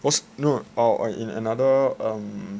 cause no no in another um